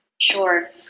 Sure